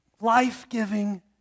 life-giving